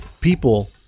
people